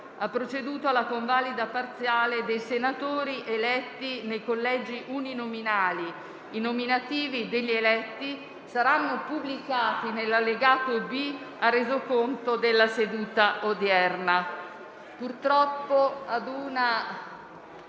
ha proceduto alla convalida parziale dei senatori eletti nei collegi uninominali. I nominativi degli eletti saranno pubblicati nell'allegato B al Resoconto della seduta odierna.